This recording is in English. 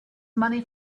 money